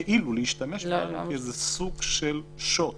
כאילו, כאיזה סוג של שוט